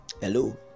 hello